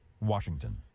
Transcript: Washington